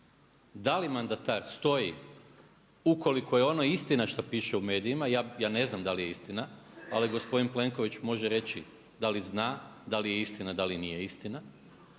Da li mandatar stoji, ukoliko je ono istina što piše u medijima, ja ne znam da li je istina, ali gospodin Plenković može reći da li zna, da li je istina, da li nije istina.